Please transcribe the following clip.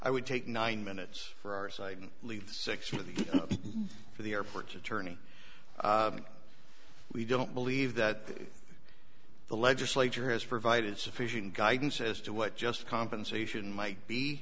i would take nine minutes for our side and leave the six with the airport's attorney we don't believe that the legislature has provided sufficient guidance as to what just compensation might be